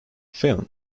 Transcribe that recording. film